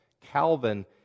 Calvin